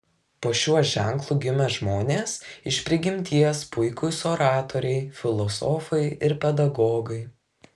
po šiuo ženklu gimę žmonės iš prigimties puikūs oratoriai filosofai ir pedagogai